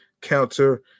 counter